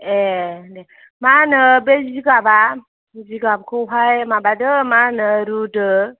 ए दे मा होनो बे जिगाबआ जिगाबखौहाय माबादो मा होनो रुदो